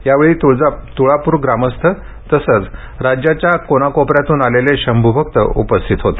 यावेळी तुळापूर ग्रामस्थ तसंच राज्याच्या कोनाकोपऱ्यातून आलेले शंभूभक्त उपस्थित होते